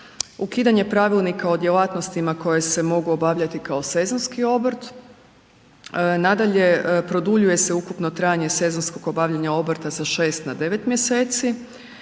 ukidanje Pravilnika o djelatnostima koje se mogu obavljati kao sezonski obrt. Nadalje, produljuje se ukupno trajanja sezonskog obavljanja obrta sa 6 na 9 mjeseci.